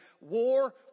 war